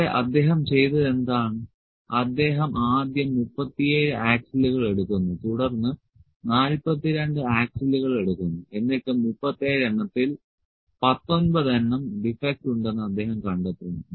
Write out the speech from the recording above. ഇവിടെ അദ്ദേഹം ചെയ്തതെന്താണ് അദ്ദേഹം ആദ്യം 37 ആക്സിലുകൾ എടുക്കുന്നു തുടർന്ന് 42 ആക്സിലുകൾ എടുക്കുന്നു എന്നിട്ട് 37 എണ്ണത്തിൽ 19 എണ്ണം ഡിഫെക്ട് ഉണ്ടെന്ന് അദ്ദേഹം കണ്ടെത്തുന്നു